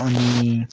अनि